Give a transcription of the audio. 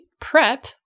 PrEP